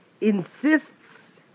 insists